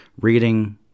reading